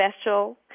special